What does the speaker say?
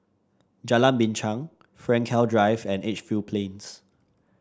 Jalan Binchang Frankel Drive and Edgefield Plains